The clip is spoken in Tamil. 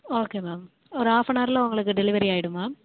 ஓகே மேம் ஒரு ஆஃபனார்ல உங்களுக்கு டெலிவரி ஆகிடும் மேம்